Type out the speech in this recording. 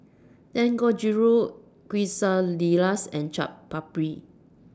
Dangojiru Quesadillas and Chaat Papri